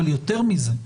אבל יותר מזה,